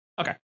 Okay